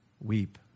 Weep